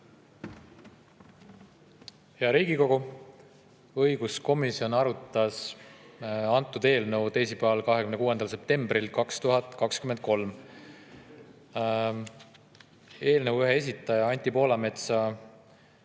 Hea Riigikogu! Õiguskomisjon arutas eelnõu teisipäeval, 26. septembril 2023. Eelnõu ühe esitaja, Anti Poolametsa